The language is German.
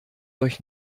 euch